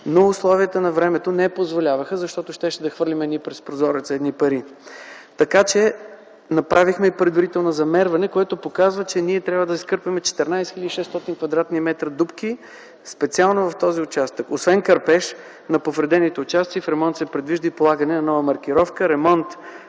но условията на времето не позволяваха, защото щяхме да хвърлим пари през прозореца. Така че направихме и предварително замерване, което показва, че ние трябва да изкърпим 14 600 кв. м дупки специално в този участък. Освен кърпеж на повредените участъци, в ремонта се предвижда и полагане на нова маркировка,